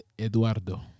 Eduardo